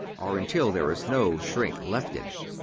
or until there is no shrink left in it.